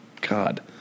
God